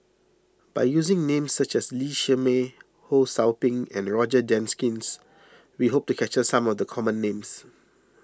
by using names such as Lee Shermay Ho Sou Ping and Roger Jenkins we hope to capture some of the common names